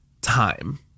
time